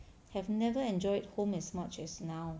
have never enjoyed home as much as now